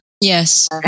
Yes